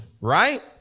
Right